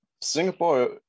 Singapore